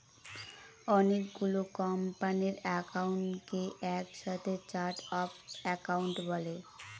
অনেকগুলো কোম্পানির একাউন্টকে এক সাথে চার্ট অফ একাউন্ট বলে